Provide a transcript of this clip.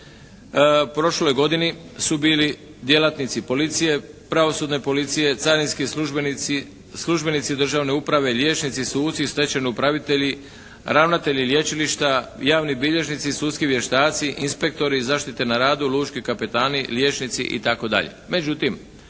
prošloj godini su bili djelatnici Policije, pravosudne policije, carinski službenici, službenici državne uprave, liječnici, suci i stečajni upravitelji, ravnatelji lječilišta, javni bilježnici, sudski vještaci, inspektori zaštite na radu, lučki kapetani, liječnici itd.